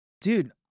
Dude